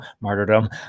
martyrdom